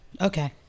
okay